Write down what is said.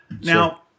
now